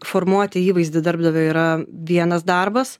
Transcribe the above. formuoti įvaizdį darbdavio yra vienas darbas